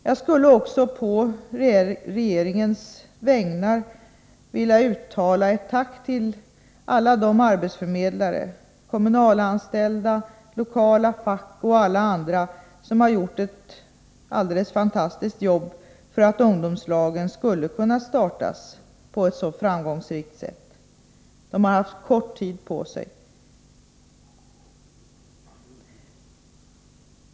Jag skulle också på regeringens vägnar vilja uttala ett tack till alla de arbetsförmedlare, kommunalanställda, lokala fack och alla andra som har gjort ett fantastiskt jobb för att ungdomslagen skulle kunna startas på ett så framgångsrikt sätt. De har haft kort tid på sig.